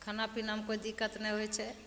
खाना पीनामे कोइ दिक्कत नहि होइ छै